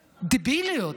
בדביליות.